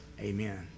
Amen